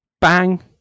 bang